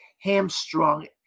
hamstrung